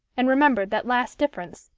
and remembered that last difference,